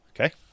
Okay